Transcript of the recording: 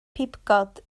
pibgod